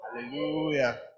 Hallelujah